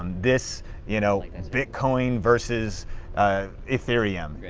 um this you know bitcoin versus ethereum.